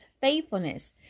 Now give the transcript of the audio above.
faithfulness